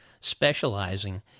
specializing